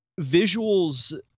visuals